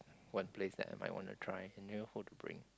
one place that I might want to try I don't know who to bring